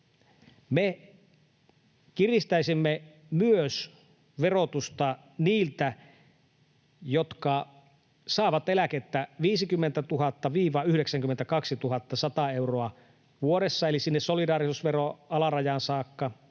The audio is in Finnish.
Me kiristäisimme verotusta myös niiltä, jotka saavat eläkettä 50 000—92 100 euroa vuodessa eli sinne solidaarisuusveron alarajaan saakka,